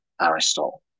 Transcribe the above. Aristotle